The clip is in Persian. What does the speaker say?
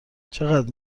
چقدر